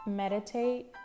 Meditate